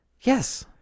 Yes